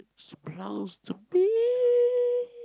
suppose to be